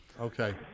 Okay